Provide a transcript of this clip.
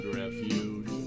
refuge